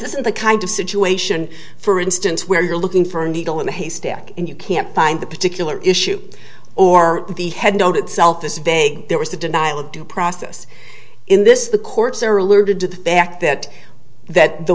is the kind of situation for instance where you're looking for a needle in a haystack and you can't find the particular issue or the head on itself this big there was a denial of due process in this the courts are alerted to the fact that that the